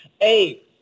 Hey